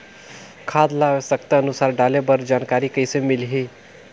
खाद ल आवश्यकता अनुसार डाले बर जानकारी कइसे मिलही?